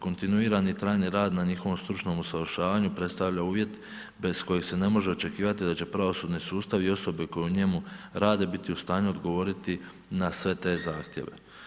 Kontinuirani trajni rad na njihovom stručnom usavršavanju predstavlja uvjet bez kojeg se ne može očekivati da će pravosudni sustav i osobe koje u njemu rade biti u stanju odgovoriti na sve te zahtjeve.